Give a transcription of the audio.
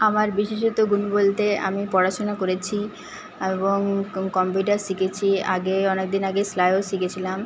আমার বিশেষত গুণ বলতে আমি পড়াশোনা করেছি এবং কম্পিউটার শিখেছি আগে অনেকদিন আগে সেলাইও শিখেছিলাম